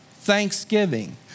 thanksgiving